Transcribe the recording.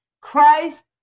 Christ